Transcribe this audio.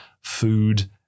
food